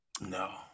No